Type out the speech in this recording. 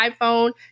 iPhone